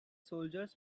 soldiers